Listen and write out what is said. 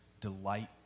delight